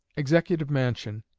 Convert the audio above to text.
executive mansion,